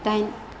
दाइन